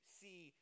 see